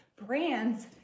brands